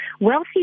wealthy